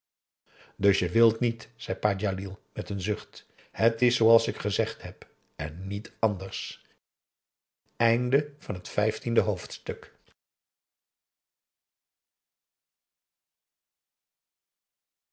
dus je wilt niet zei pa djalil met een zucht het is zooals ik gezegd heb en niet anders aum boe akar eel estiende hoofdstuk